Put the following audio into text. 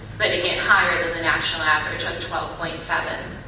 but again, higher than the national average of twelve point seven.